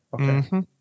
Okay